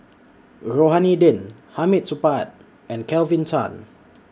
Rohani Din Hamid Supaat and Kelvin Tan